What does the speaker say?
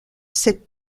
cette